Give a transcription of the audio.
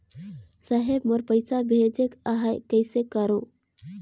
साहेब मोर पइसा भेजेक आहे, कइसे करो?